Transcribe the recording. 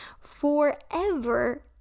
forever